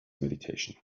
meditation